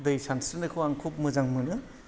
दै सानस्रिनायखौ आं खुब मोजां मोनो